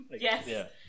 yes